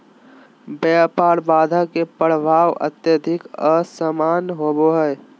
व्यापार बाधा के प्रभाव अत्यधिक असमान होबो हइ